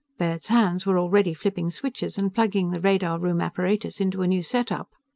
baird's hands were already flipping switches and plugging the radar room apparatus into a new setup.